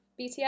BTS